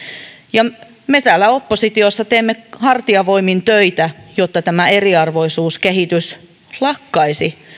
ja me täällä oppositiossa teemme hartiavoimin töitä jotta tämä eriarvoisuuskehitys lakkaisi